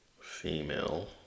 female